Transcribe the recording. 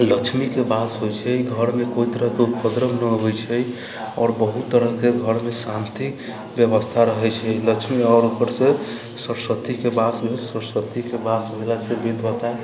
लक्ष्मीके वास होइत छै घरमे कोइ तरहके उपद्रव नहि होइत छै आओर बहुत तरहके घरमे शान्ति व्यवस्था रहैत छै लक्ष्मी आओर उपरसँ सरस्वतीके वास रहैत सरस्वतीके वास होइसँ भी